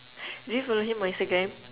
did you follow him on instagram